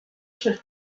should